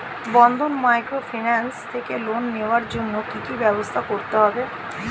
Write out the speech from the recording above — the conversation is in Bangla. বন্ধন মাইক্রোফিন্যান্স থেকে লোন নেওয়ার জন্য কি কি ব্যবস্থা করতে হবে?